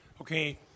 Okay